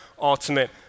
ultimate